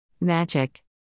Magic